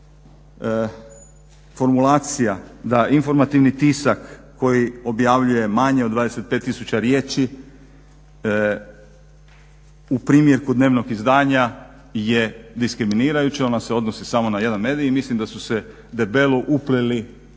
formulacija da informativni tisak koji objavljuje manje od 25000 riječi u primjerku dnevnog izdanja je diskriminirajući, on se odnosi samo na jedan medij. I mislim da su se debelo upleli klanovi